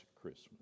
Christmas